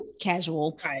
casual